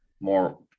more